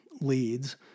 leads